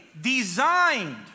designed